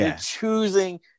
choosing